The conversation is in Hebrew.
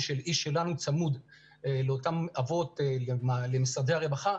צמוד של איש שלנו לאותם אבות למשרדי הרווחה,